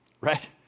right